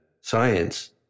science